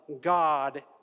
God